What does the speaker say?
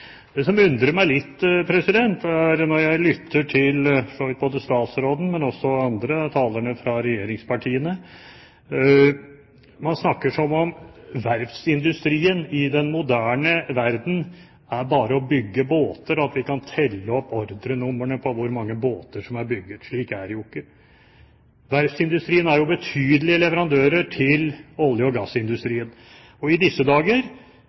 som undrer meg litt når jeg lytter til for så vidt både statsråden og andre talere fra regjeringspartiene, er at man snakker som om verftsindustrien i den moderne verden bare er å bygge båter, at vi kan telle opp ordrenumrene på hvor mange båter som er bygget. Slik er det jo ikke. Verftsindustrien er en betydelig leverandør til olje- og gassindustrien. I disse dager